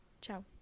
ciao